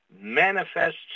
manifests